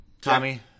Tommy